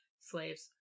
slaves